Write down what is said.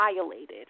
violated